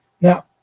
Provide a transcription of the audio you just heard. Now